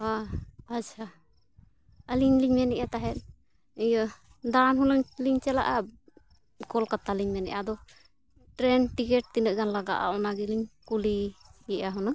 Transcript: ᱚ ᱟᱪᱪᱷᱟ ᱟᱹᱞᱤᱧ ᱞᱤᱧ ᱢᱮᱱᱮᱜᱼᱟ ᱛᱟᱦᱮᱸᱫ ᱤᱭᱟᱹ ᱫᱟᱬᱟᱱ ᱦᱩᱱᱟᱹᱝ ᱞᱤᱧ ᱪᱟᱞᱟᱜᱼᱟ ᱠᱳᱞᱠᱟᱛᱟ ᱞᱤᱧ ᱢᱮᱱᱮᱜᱼᱟ ᱟᱫᱚ ᱴᱨᱮᱱ ᱴᱤᱠᱤᱴ ᱛᱤᱱᱟᱹᱜ ᱜᱟᱱ ᱞᱟᱜᱟᱜᱼᱟ ᱚᱱᱟ ᱜᱤᱞᱤᱧ ᱠᱩᱞᱤᱭᱮᱜᱼᱟ ᱦᱩᱱᱟᱹᱝ